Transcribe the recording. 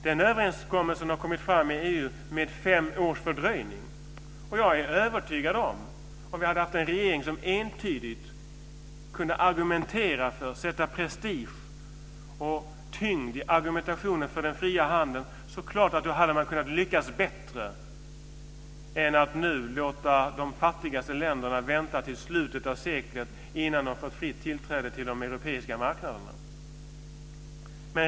Den överenskommelsen har kommit fram i EU med fem års fördröjning. Jag är övertygad om att om vi hade haft en regering som entydigt kunde argumentera, och sätta prestige och tyngd bakom argumentationen, för den fria handeln, hade man kunnat lyckas bättre. Nu låter man de fattigaste länderna vänta onödigt länge innan de får fritt tillträde till de europeiska marknaderna.